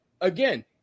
again